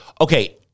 Okay